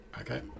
Okay